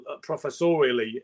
professorially